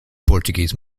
portuguese